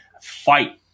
fight